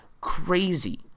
crazy